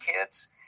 kids